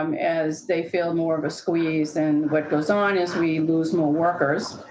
um as they feel more of a squeeze, then what goes on is we lose more workers,